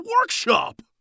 workshop